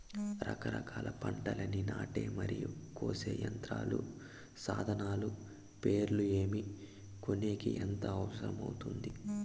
రకరకాల పంటలని నాటే మరియు కోసే యంత్రాలు, సాధనాలు పేర్లు ఏమి, కొనేకి ఎంత అవసరం అవుతుంది?